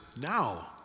now